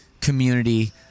community